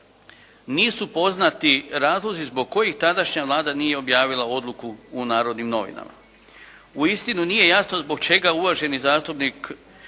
Nisu poznati razlozi zbog kojih tadašnja Vlada nije objavila odluku u "Narodnim novinama". Uistinu nije jasno zbog čega uvaženi zastupnik